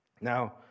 Now